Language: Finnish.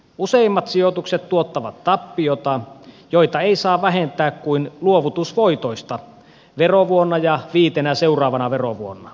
useimmat sijoitukset tuottavat tappiota jota ei saa vähentää kuin luovutusvoitoista verovuonna ja viitenä seuraavana verovuonna